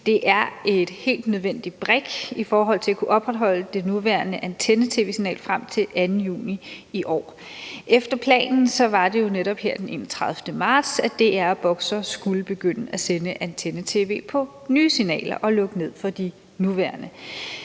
Det er en helt nødvendig brik i forhold til at kunne opretholde det nuværende antenne-tv-signal frem til den 2. juni i år. Efter planen var det jo netop her den 31. marts, at DR og Boxer skulle begynde at sende antenne-tv på nye signaler og lukke ned for de nuværende.